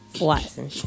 Watson